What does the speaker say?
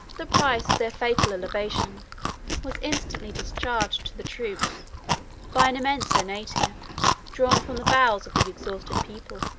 the price of their fatal elevation was instantly discharged to the troops by an immense donative, drawn from the bowels of the exhausted people.